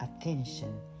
attention